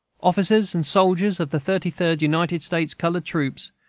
officers and soldiers of the thirty-third united states colored troops,